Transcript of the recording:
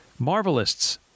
Marvelists